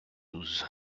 douze